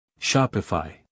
Shopify